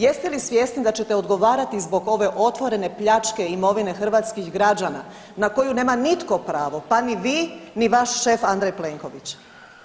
Jeste li svjesni da ćete odgovarati zbog ove otvorene pljačke imovine hrvatskih građana na koju nema nitko pravo, pa ni vi ni vaš šef Andrej Plenković?